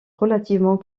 relativement